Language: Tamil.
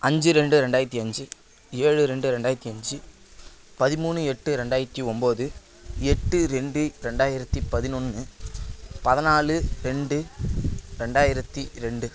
அஞ்சு ரெண்டு ரெண்டாயிரத்தி அஞ்சு ஏழு ரெண்டு ரெண்டாயிரத்தி அஞ்சு பதிமூணு எட்டு ரெண்டாயிரத்தி ஒன்போது எட்டு ரெண்டு ரெண்டாயிரத்தி பதினொன்று பதினாலு ரெண்டு ரெண்டாயிரத்தி ரெண்டு